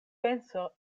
penso